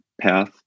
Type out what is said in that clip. path